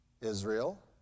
Israel